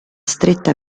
stretta